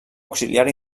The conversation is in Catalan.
auxiliar